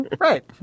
Right